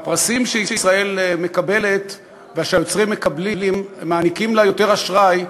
והפרסים שישראל מקבלת ושהיוצרים מקבלים מעניקים לה יותר אשראי,